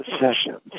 sessions